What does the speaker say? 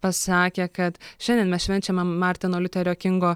pasakė kad šiandien mes švenčiame martino liuterio kingo